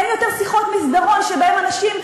אין יותר שיחות מסדרון שבהן אנשים,